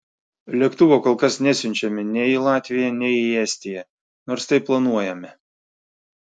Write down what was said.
lėktuvo kol kas nesiunčiame nei į latviją nei į estiją nors tai planuojame